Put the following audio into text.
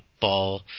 ball